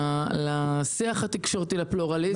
לשיח התקשורתי, לפלורליזם.